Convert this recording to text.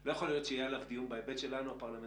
לא יכול להיות שיהיה עליו דיון בהיבט שלנו הפרלמנטרי,